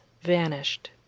vanished